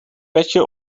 petje